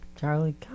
charlie